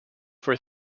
for